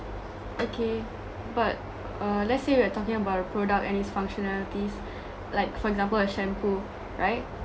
okay but uh let's say we're talking about a product and its functionalities like for example a shampoo right